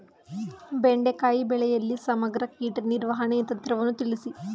ಬೆಂಡೆಕಾಯಿ ಬೆಳೆಯಲ್ಲಿ ಸಮಗ್ರ ಕೀಟ ನಿರ್ವಹಣೆ ತಂತ್ರವನ್ನು ತಿಳಿಸಿ?